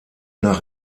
nach